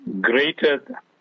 greater